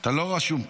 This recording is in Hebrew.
אתה לא רשום פה.